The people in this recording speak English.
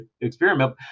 experiment